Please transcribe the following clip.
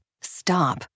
stop